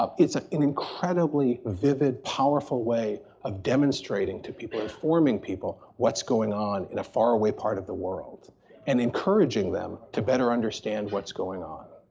um it's ah an incredibly vivid, powerful way of demonstrating to people, informing people what's going on in a faraway part of the world and encouraging them to better understand what's going on.